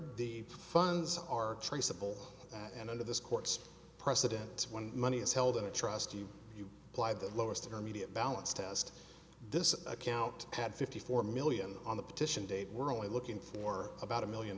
the funds are traceable and under this court's precedents when money is held in a trust you you apply the lowest intermediate balance test this account had fifty four million on the petition date were only looking for about a million